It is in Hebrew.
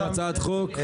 הצבעה הצעת חוק-יסוד: